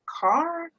car